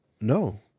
No